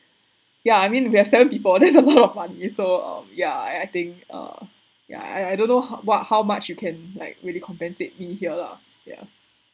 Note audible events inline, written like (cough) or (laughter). ya I mean we are seven people that's (laughs) a lot of money so um yeah ah I think uh yeah I I don't know ho~ what how much you can like really compensate me here lah ya